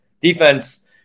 defense